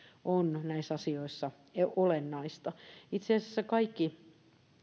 on näissä asioissa olennaista itse asiassa kaikki